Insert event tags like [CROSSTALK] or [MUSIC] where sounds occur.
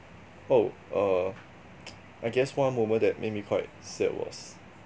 oh err [NOISE] I guess one moment that make me quite sad was